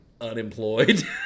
unemployed